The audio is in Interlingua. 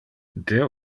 deo